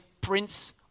Prince